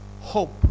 hope